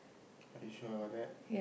are you sure about that